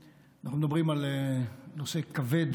גם חברת הכנסת, סליחה, אנחנו מדברים על נושא כבד,